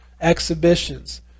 exhibitions